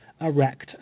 erect